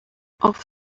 auf